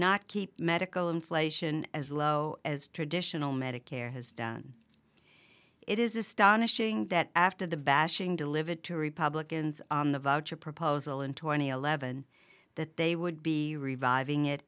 not keep medical inflation as low as traditional medicare has done it is astonishing that after the bashing delivered to republicans on the voucher proposal in twenty eleven that they would be reviving it